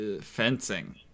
fencing